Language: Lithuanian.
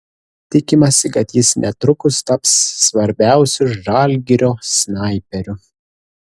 tikimasi kad jis netrukus taps svarbiausiu žalgirio snaiperiu